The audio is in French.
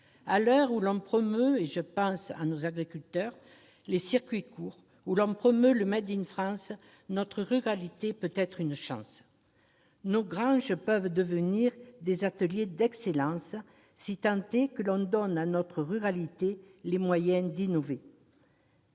à l'heure où l'on promeut- je pense à nos agriculteurs -les circuits courts et le, notre ruralité peut être une chance. Nos granges peuvent devenir des ateliers d'excellence, si tant est que l'on donne à notre ruralité les moyens d'innover.